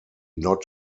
not